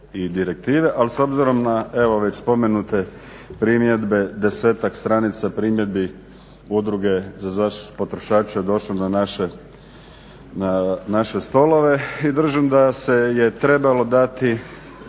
s obzirom na evo već spomenute primjedbe, desetak stranica primjedbi Udruge za zaštitu potrošača je došlo na naše stolove i držim da se je trebalo dati